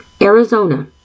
Arizona